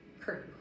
curtain